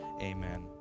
amen